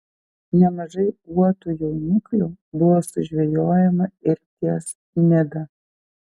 nemažai uotų jauniklių buvo sužvejojama ir ties nida